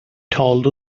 told